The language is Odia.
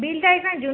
ବିଲଟା ଅଇଖା ଜୁନ